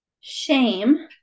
shame